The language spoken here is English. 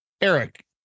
Eric